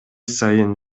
сайын